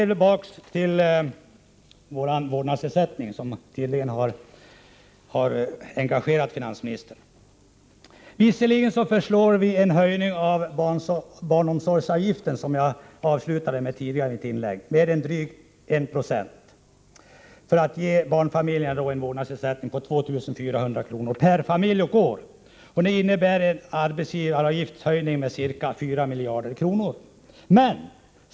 Tillbaka till frågan om vår vårdnadsersättning, som tydligen har engagerat finansministern. Visserligen föreslår vi en höjning av barnomsorgsavgiften, som jag nämnde i mitt tidigare inlägg, med drygt 1 9 för att ge barnfamiljerna en vårdnadsersättning på 24 000 kr. per familj och år. Det innebär en arbetsgivaravgiftshöjning med ca 4 miljarder kronor.